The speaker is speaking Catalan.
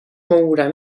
mourà